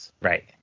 Right